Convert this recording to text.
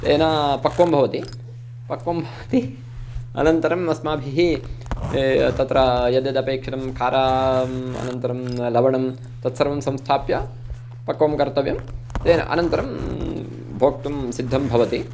तेना पक्वं भवति पक्वं भवति अनन्तरम् अस्माभिः तत्र यद्यदपेक्षितं खाराम् अनन्तरं लवणं तत्सर्वं संस्थाप्य पक्वं कर्तव्यं तेन अनन्तरं भोक्तुं सिद्धं भवति